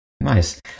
Nice